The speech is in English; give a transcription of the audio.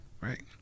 Right